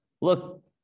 look